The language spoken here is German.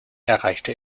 erreichte